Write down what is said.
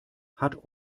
hat